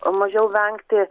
mažiau vengti